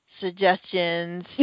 suggestions